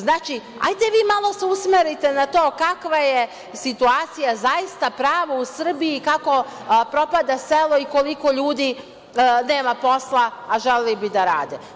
Znače, hajde vi malo se usmerite na to kakva je situacija zaista prava u Srbiji i kako propada selo i koliko ljudi nema posla, a želeli bi da rade.